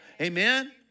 Amen